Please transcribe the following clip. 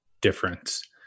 difference